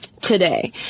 today